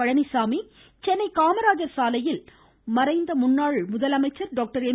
பழனிச்சாமி சென்னை காமராஜர் சாலையில் மறைந்த முன்னாள் முதலமைச்சர் டாக்டர் எம்